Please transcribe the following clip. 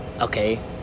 Okay